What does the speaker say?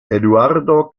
eduardo